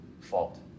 fault